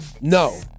No